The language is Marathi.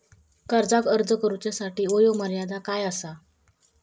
कर्जाक अर्ज करुच्यासाठी वयोमर्यादा काय आसा?